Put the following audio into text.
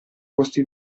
posti